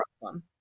problem